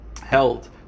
held